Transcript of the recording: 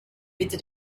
bitte